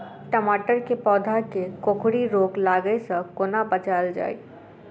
टमाटर केँ पौधा केँ कोकरी रोग लागै सऽ कोना बचाएल जाएँ?